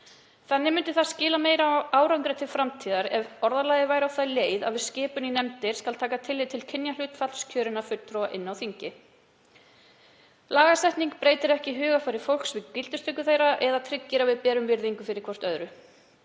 Þannig myndi það skila meiri árangri til framtíðar ef orðalagið væri á þá leið að við skipun í nefndir skuli taka tillit til kynjahlutfalls kjörinna fulltrúa á þingi. Lög breyta ekki hugarfari fólks við gildistöku þeirra eða tryggja að við berum virðingu hvert fyrir